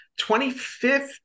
25th